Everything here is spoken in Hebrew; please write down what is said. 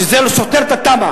שזה לא סותר את התמ"א.